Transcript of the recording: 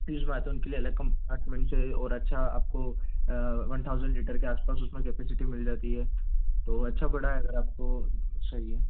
piece bottom के लिए अलग कम्पार्टमेंट चाहिए और अच्छा आपको वन थाउज़ेंड लिटर के आस पास उसमें कपैसिटी मिल जाती है तो वो अच्छा बड़ा है अगर आपको सही है